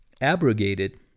abrogated